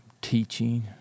teaching